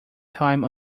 time